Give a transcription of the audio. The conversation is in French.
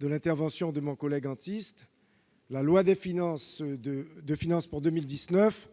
de faire mon collègue Maurice Antiste. La loi de finances pour 2019